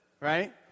right